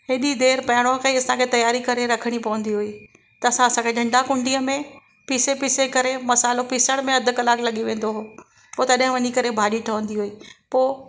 हेॾी देरि पहिरों खां ई असांखे तयारी करे रखिणी पवंदी हुई त असांखे ॾंडा कुंढीअ में पिसे पिसे करे मसालो पिसण में अधु कलाकु लॻी वेंदो हुओ पोइ तॾहिं वञी करे भाॼी ठहंदी हुई पोइ